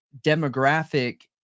demographic